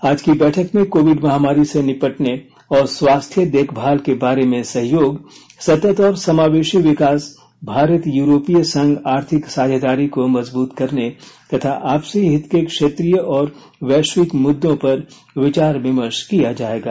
आज की बैठक में कोविड महामारी से निपटने और स्वास्थ्य देखमाल के बारे में सहयोग सतत और समावेशी विकास भारत यूरोपीय संघ आर्थिक साझेदारी को मजबूत करने तथा आपसी हित के क्षेत्रीय और वैश्विक मुद्दों पर विचार विमर्श किया जाएगा